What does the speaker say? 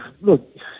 look